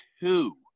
two